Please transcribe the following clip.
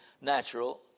natural